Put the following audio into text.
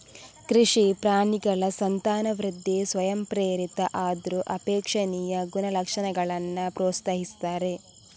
ಕೃಷಿ ಪ್ರಾಣಿಗಳ ಸಂತಾನವೃದ್ಧಿ ಸ್ವಯಂಪ್ರೇರಿತ ಆದ್ರೂ ಅಪೇಕ್ಷಣೀಯ ಗುಣಲಕ್ಷಣಗಳನ್ನ ಪ್ರೋತ್ಸಾಹಿಸ್ತಾರೆ